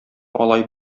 алай